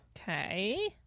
Okay